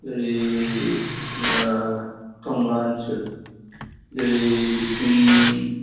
ओरै टंला ओनसोल जेरै बेथिं